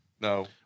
No